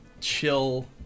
chill